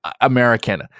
american